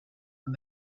and